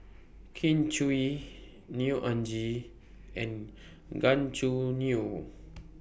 Kin Chui Neo Anngee and Gan Choo Neo